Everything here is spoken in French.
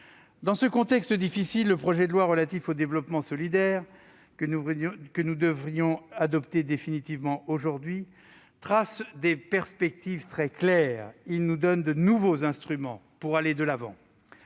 Dans ce contexte difficile, le projet de loi que nous devrions adopter définitivement aujourd'hui trace des perspectives très claires. Il nous donne de nouveaux instruments pour aller de l'avant.